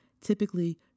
typically